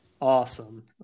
awesome